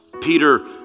Peter